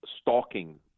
stalking